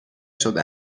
شده